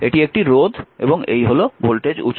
এটি একটি রোধ এবং এই হল ভোল্টেজ উৎস